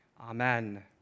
Amen